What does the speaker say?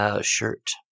shirt